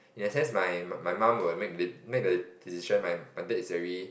in a sense my my mum will make the make the decision my my dad is very